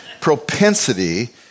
propensity